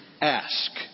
Ask